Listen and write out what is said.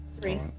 Three